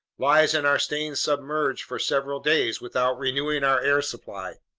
lies in our staying submerged for several days without renewing our air supply.